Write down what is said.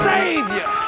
Savior